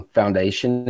foundation